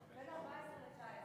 בין 14 ל-19.